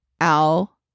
Al